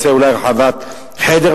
רוצה אולי חדר נוסף,